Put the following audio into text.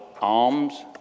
alms